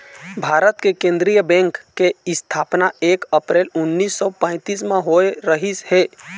भारत के केंद्रीय बेंक के इस्थापना एक अपरेल उन्नीस सौ पैतीस म होए रहिस हे